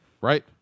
Right